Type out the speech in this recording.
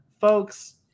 folks